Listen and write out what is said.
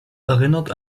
erinnert